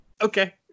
okay